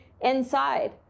inside